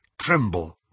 tremble